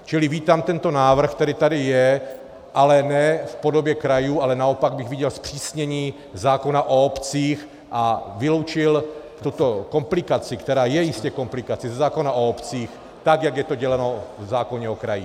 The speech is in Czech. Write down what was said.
Čili vítám tento návrh, který tady je, ale ne v podobě krajů, ale naopak bych viděl zpřísnění zákona o obcích a vyloučil tuto komplikaci, která je jistě komplikací, ze zákona o obcích, tak, jak je to děláno v zákoně o krajích.